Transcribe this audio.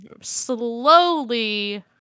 slowly